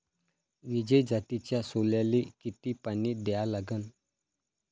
विजय जातीच्या सोल्याले किती पानी द्या लागन?